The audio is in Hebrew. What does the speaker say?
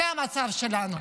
זה המצב שלנו.